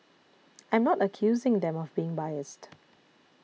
I'm not accusing them of being biased